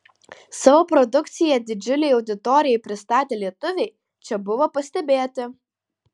savo produkciją didžiulei auditorijai pristatę lietuviai čia buvo pastebėti